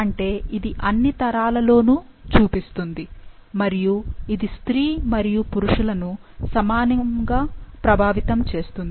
అంటే ఇది అన్ని తరాలలోనూ చూపిస్తుంది మరియు ఇది స్త్రీ మరియు పురుషులను సమానంగా ప్రభావితం చేస్తుంది